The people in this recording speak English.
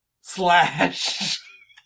slash